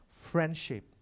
friendship